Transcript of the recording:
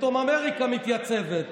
פתאום אמריקה מתייצבת,